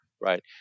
right